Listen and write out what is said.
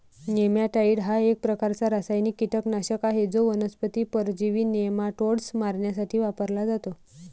नेमॅटाइड हा एक प्रकारचा रासायनिक कीटकनाशक आहे जो वनस्पती परजीवी नेमाटोड्स मारण्यासाठी वापरला जातो